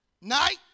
night